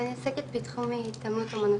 ואני עוסקת בתחום התעמלות אמנותית,